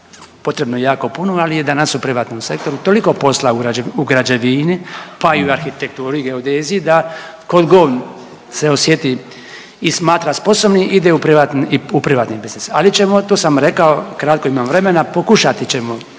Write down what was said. potrebno jako puno, ali je danas u privatnom sektoru toliko posla u građevini, pa i u arhitekturi i geodeziji da …/Govornik se ne razumije/ se osjeti i smatra sposobnim ide u privatni biznis, ali ćemo tu sam rekao kratko imam vremena, pokušati ćemo